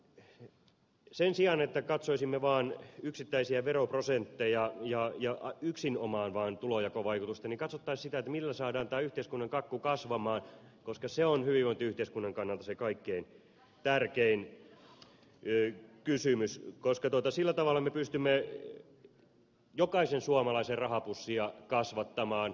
mutta sen sijaan että katsoisimme vaan yksittäisiä veroprosentteja ja yksinomaan vaan tulonjakovaikutusta katsottaisiin sitä millä saadaan tämä yhteiskunnan kakku kasvamaan koska se on hyvinvointiyhteiskunnan kannalta se kaikkein tärkein kysymys koska sillä tavalla me pystymme jokaisen suomalaisen rahapussia kasvattamaan